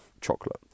chocolate